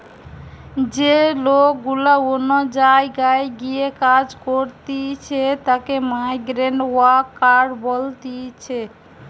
যে লোক গুলা অন্য জায়গায় গিয়ে কাজ করতিছে তাকে মাইগ্রান্ট ওয়ার্কার বলতিছে